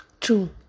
True